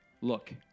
look